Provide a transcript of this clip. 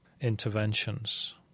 interventions